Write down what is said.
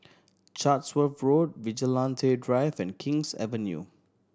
Chatsworth Road Vigilante Drive and King's Avenue